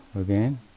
again